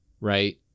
right